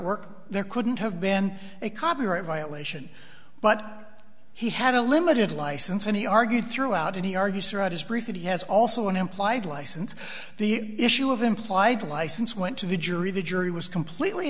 artwork there couldn't have been a copyright violation but he had a limited license and he argued throughout it he argues throughout his briefing he has also an implied license the issue of implied license went to the jury the jury was completely